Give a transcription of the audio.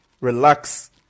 relax